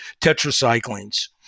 tetracyclines